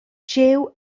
jiw